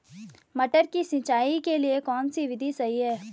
मटर की सिंचाई के लिए कौन सी विधि सही है?